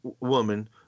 woman